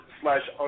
slash